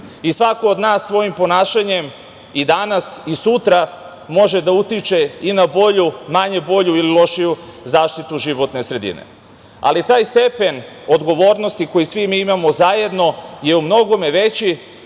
od nas svojim ponašanjem i danas i sutra može da utiče i na bolju, manje bolju ili lošiju zaštitu životne sredine, ali taj stepen odgovornosti, koji svi mi imamo zajedno, je u mnogome veći